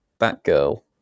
Batgirl